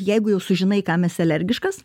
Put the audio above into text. jeigu jau sužinai kam esi alergiškas